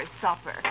supper